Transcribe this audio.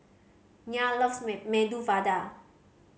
Nyah loves Medu Vada